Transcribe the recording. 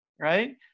right